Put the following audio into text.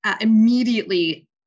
immediately